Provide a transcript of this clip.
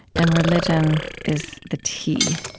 and religion is the tea.